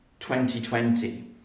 2020